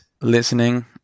listening